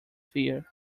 fear